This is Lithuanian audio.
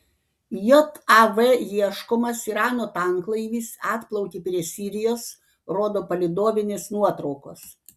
jav ieškomas irano tanklaivis atplaukė prie sirijos rodo palydovinės nuotraukos